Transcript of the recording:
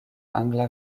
angla